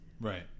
right